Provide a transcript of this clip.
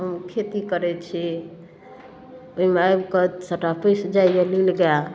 हम खेती करै छी ओहिमे आबिके सबटा पैसि जाइए नील गाइ